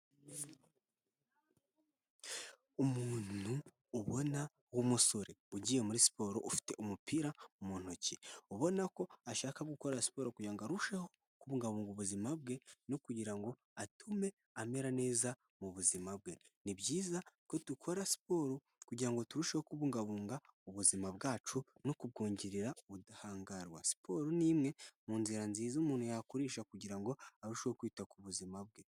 Umuntu ubona w'umusore ugiye muri siporo ufite umupira mu ntoki ubona ko ashaka gukora siporo kugirango ngo arusheho kubungabunga ubuzima bwe no kugira ngo atume amera neza mu buzima bwe , ni byiza ko dukora siporo kugirango turusheho kubungabunga ubuzima bwacu no kubwongerera ubudahangarwa siporo ni imwe mu nzira nziza umuntu yakoresha kugirango ngo arusheho kwita ku buzima bwe.